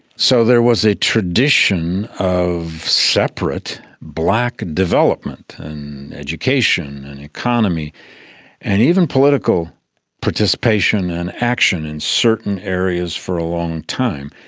so there was a tradition of separate black development and education and economy and even political participation and action in certain areas for a long time.